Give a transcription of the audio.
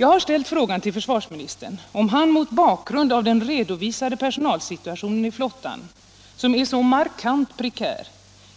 Jag har ställt frågan till försvarsministern, om han mot bakgrund av den redovisade personalsituationen i flottan, som är så markant prekär,